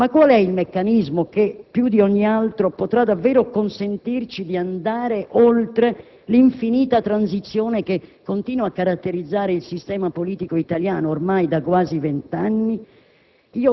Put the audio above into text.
Ma qual è il meccanismo che, più di ogni altro, potrà davvero consentirci di andare oltre l'infinita transizione che continua a caratterizzare il sistema politico italiano ormai da quasi vent'anni?